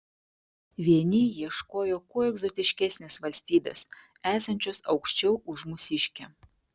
vieni ieškojo kuo egzotiškesnės valstybės esančios aukščiau už mūsiškę